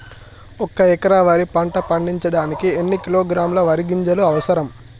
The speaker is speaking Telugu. ఒక్క ఎకరా వరి పంట పండించడానికి ఎన్ని కిలోగ్రాముల వరి గింజలు అవసరం?